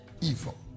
Evil